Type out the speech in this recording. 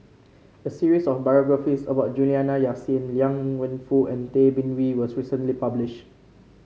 a series of biographies about Juliana Yasin Liang Wenfu and Tay Bin Wee was recently published